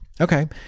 okay